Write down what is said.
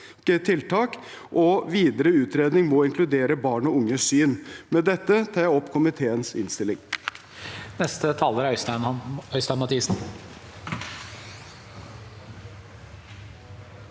tiltak, og at videre utredning må inkludere barn og unges syn. Med dette legger jeg frem komiteens innstilling.